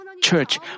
church